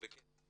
בכיף.